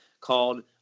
called